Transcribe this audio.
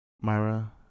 Myra